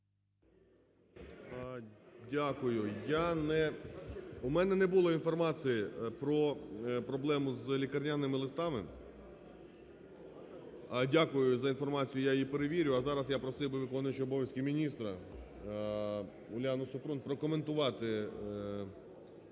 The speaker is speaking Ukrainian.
Дякую. У мене не було інформації про проблему з лікарняними листами. Дякую за інформацію, я її перевірю. А зараз я просив би виконуючого обов'язки міністра Уляну Супрун прокоментувати